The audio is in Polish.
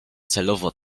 celowo